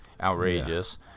outrageous